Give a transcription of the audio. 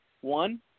One